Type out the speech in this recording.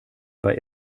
aber